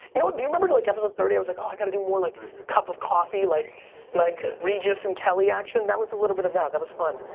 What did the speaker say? you know what, do you remember like episode thirty i was like, oh i gotta do more like cup of coffee, like like ah regis and kelly action? that was a little bit of that, that was fun.